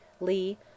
lee